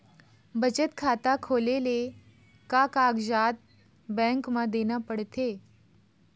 बचत खाता खोले ले का कागजात बैंक म देना पड़थे?